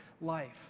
life